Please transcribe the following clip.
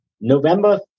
november